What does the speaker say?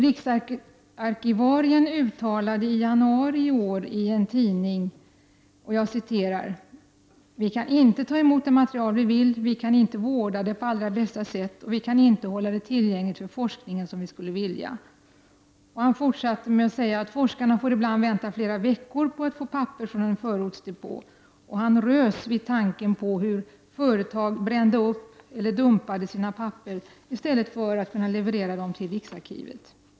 Riksarkivarien uttalade i en tidningsartikel i januari i år: ”Vi kan inte ta emot det material vi vill, vi kan inte vårda det på allra bästa sätt och vi kan inte hålla det tillgängligt för forskningen, som vi skulle vilja.” Han fortsatte med att säga att forskarna ibland får vänta flera veckor för att få papper från en förortsdepå, och han rös vid tanken på hur företag brände upp eller dumpade sina papper i stället för att kunna leverera dem till riksarkivet.